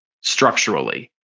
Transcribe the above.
structurally